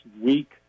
week